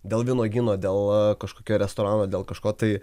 dėl vynuogyno dėl kažkokio restorano dėl kažko tai